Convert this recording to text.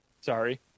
sorry